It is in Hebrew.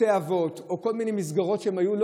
בתי אבות או כל מיני מסגרות שהם היו בהן,